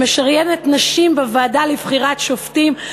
שמשריינת נשים בוועדה לבחירת שופטים.